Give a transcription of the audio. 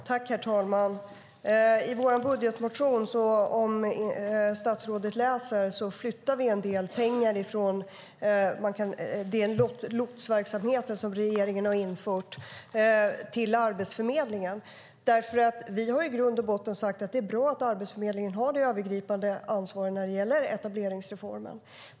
Herr talman! Om statsrådet läser vår budgetmotion ser han att vi flyttar en del pengar från den lotsverksamhet som regeringen har infört till Arbetsförmedlingen. Vi har i grund och botten sagt att det är bra att Arbetsförmedlingen har det övergripande ansvaret när det gäller etableringsreformen.